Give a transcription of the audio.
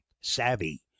Savvy